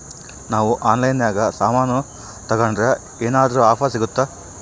ನಾವು ಆನ್ಲೈನಿನಾಗ ಸಾಮಾನು ತಗಂಡ್ರ ಏನಾದ್ರೂ ಆಫರ್ ಸಿಗುತ್ತಾ?